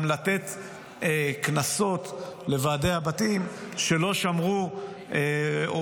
גם לתת קנסות לוועדי הבתים שלא שמרו את